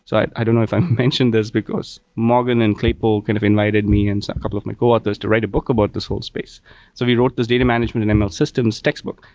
so i i don't know if i mentioned this, because morgan and kind of invited me and a couple of my coauthors to write a book about this whole space. so we wrote this data management and ml systems textbook.